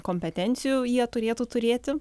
kompetencijų jie turėtų turėti